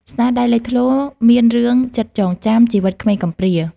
ស្នាដៃលេចធ្លោមានរឿង ចិត្តចងចាំ ជីវិតក្មេងកំព្រា។